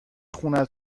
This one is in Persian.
خونه